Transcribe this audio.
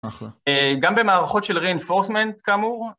גם במערכות של Reinforcement כאמור.